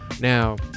Now